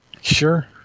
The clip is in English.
Sure